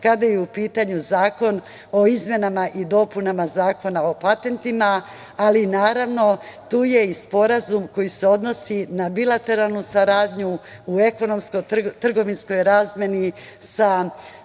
kada je u pitanju Zakon o izmenama i dopunama Zakona o patentima, ali tu je i sporazum koji se odnosi na bilateralnu saradnju u ekonomsko-trgovinskoj razmeni sa